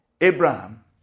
Abraham